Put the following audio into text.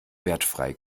wertfrei